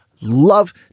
love